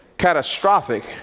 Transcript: catastrophic